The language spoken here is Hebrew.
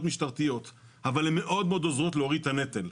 משטרתיות אבל הן מאוד עוזרות להוריד את הנטל.